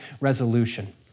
resolution